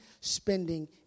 spending